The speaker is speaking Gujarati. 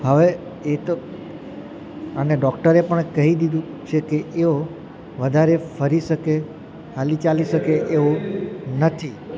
હવે એ તો અને ડોક્ટરે પણ કહી દીધું છે તે તેઓ વધારે ફરી શકે હાલીચાલી શકે તેવું નથી